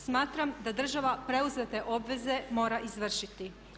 Smatram da država preuzete obveze mora izvršiti.